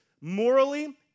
morally